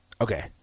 Okay